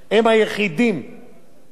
שתחול עליהם קופה ציבורית.